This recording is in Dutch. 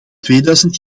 tweeduizend